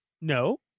No